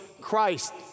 Christ